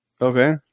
Okay